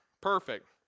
Perfect